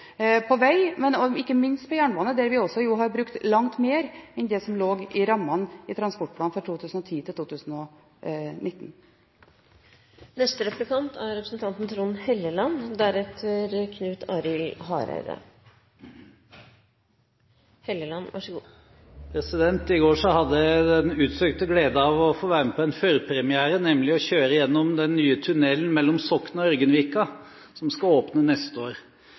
på vei og ikke minst på jernbane. Der har vi brukt langt mer enn det som lå i rammene i transportplanen for 2010–2019. I går hadde jeg den utsøkte glede å få være med på en førpremiere, nemlig å kjøre gjennom den nye tunnelen mellom Sokna og Ørgenvika, som skal åpne neste år.